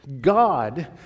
God